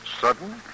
Sudden